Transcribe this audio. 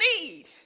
need